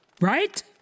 Right